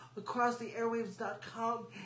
acrosstheairwaves.com